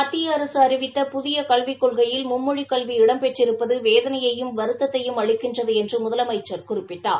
மத்திய அரசு அறிவித்த புதிய கல்விக் கொள்கையில் மும்மொழிக் கல்வி இடம்பெற்றிருப்பது வேதனையையும் வருத்தத்தையும் அளிக்கின்றது என்று முதலமைச்சள் குறிப்பிட்டார்